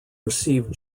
received